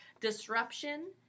Disruption